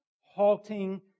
halting